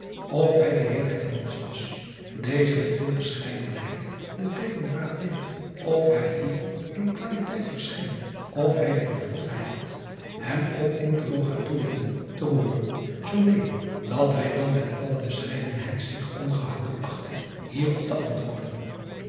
of hij de eer was dezen met veel bescheidenheid de tegenvraag deed of hij hier in qualiteit verscheen of hij de bevoegdheid had hem op interrogatorien te hooren zoo neen dat hij dan met alle bescheidenheid zich ongehouden achtte hierop te antwoorden